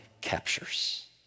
captures